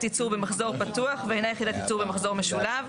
ייצור במחזור פתוח ואינה יחידת ייצור במחזור משולב.